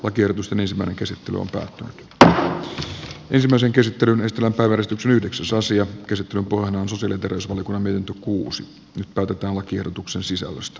pohjana on ensimmäinen käsittely ottaa tää ensimmäisen käsittelyn eteläpää verestyksen yhdeksi suosio käsityöpainosylinteristä melkoinen tukku sosiaali ja terveysvaliokunnan mietintö